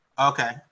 Okay